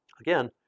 again